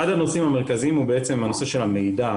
אחד הנושאים המרכזיים הוא הנושא של המידע,